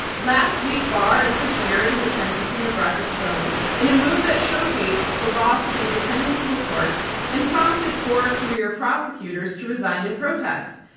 last week barr interfered in the sentencing of roger stone in a move that showcased the loss of independence in the courts and prompted four career prosecutors to resign in protest.